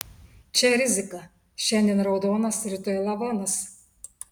čia rizika šiandien raudonas rytoj lavonas